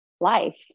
life